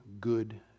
good